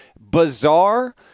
bizarre